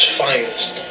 finest